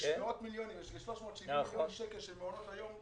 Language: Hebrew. יש כ-370 מיליון שקל של מעונות היום,